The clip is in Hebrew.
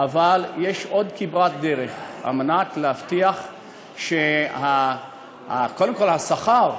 אבל יש עוד כברת דרך על מנת להבטיח שקודם כול השכר,